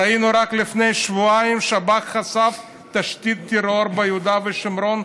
ראינו רק לפני שבועיים ששב"כ חשף תשתית טרור ביהודה ושומרון,